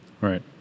Right